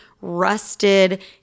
rusted